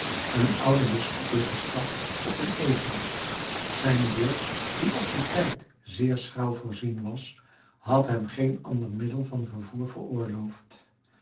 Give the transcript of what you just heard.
senez een oude bisschoppelijke stad op een ezel zijn beurs die op dien tijd zeer schraal voorzien was had hem geen ander middel van vervoer veroorloofd